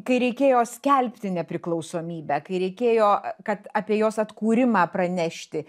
kai reikėjo skelbti nepriklausomybę kai reikėjo kad apie jos atkūrimą pranešti